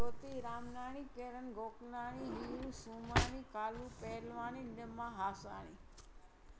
Jyoti Ramnani Kiran Gopnani Heer Somani Kalu Pahalwani Nilima Haswani